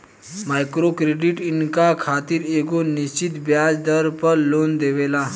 micro credit इनका खातिर एगो निश्चित ब्याज दर पर लोन देवेला